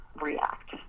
react